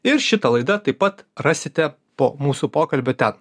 ir šitą laidą taip pat rasite po mūsų pokalbio ten